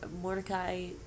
mordecai